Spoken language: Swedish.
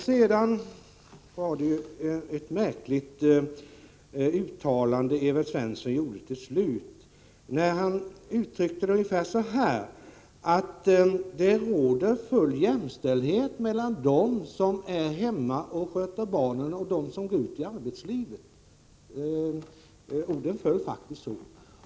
Det var ett märkligt uttalande Evert Svensson gjorde i slutet av anförandet. Han sade ungefär att det råder full jämställdhet mellan dem som är hemma och sköter barn och dem som går ut i arbetslivet — orden föll faktiskt så.